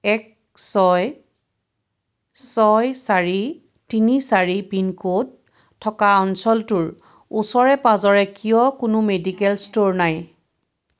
এক ছয় ছয় চাৰি তিনি চাৰি পিন ক'ড থকা অঞ্চলটোৰ ওচৰে পাঁজৰে কিয় কোনো মেডিকেল ষ্ট'ৰ নাই